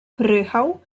prychał